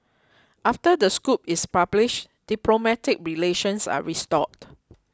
after the scoop is published diplomatic relations are restored